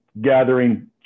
gathering